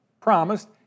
promised